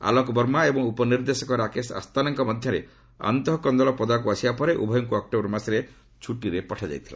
ଆଲୋକ ବର୍ମା ଏବଂ ଉପନିର୍ଦ୍ଦେଶକ ରାକେଶ ଆସ୍ଥାନାଙ୍କ ମଧ୍ୟରେ ଅନ୍ତଃ କନ୍ଦଳ ପଦାକୁ ଆସିବା ପରେ ଉଭୟଙ୍କୁ ଅକ୍ଟୋବର ମାସରେ ଛୁଟିରେ ପଠାଯାଇଥିଲା